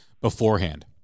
beforehand